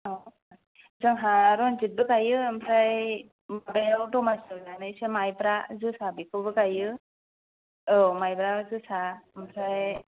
औ जोंहा रन्जितबो गायो ओमफ्राय ओमफ्राय दमासियाव जानो एसे माइब्रा जोसाबो गायो औमाइब्रा जोसा ओमफ्राय